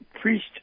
priest